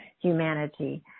humanity